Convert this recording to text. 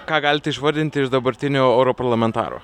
ką galite išvardinti iš dabartinių europarlamentarų